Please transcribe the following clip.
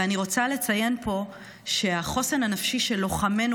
ואני רוצה לציין פה שהחוסן הנפשי של לוחמינו,